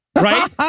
Right